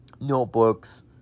notebooks